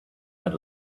had